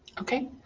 okay,